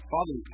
Father